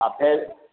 आ फेर